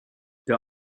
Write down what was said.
der